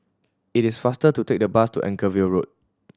it is faster to take the bus to Anchorvale Road